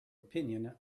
opinion